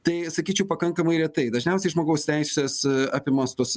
tai sakyčiau pakankamai retai dažniausiai žmogaus teisės apimos tos